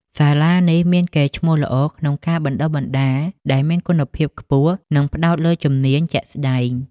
សាលានេះមានកេរ្តិ៍ឈ្មោះល្អក្នុងការបណ្តុះបណ្តាលដែលមានគុណភាពខ្ពស់និងផ្តោតលើជំនាញជាក់ស្តែង។